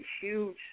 huge